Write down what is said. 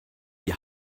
die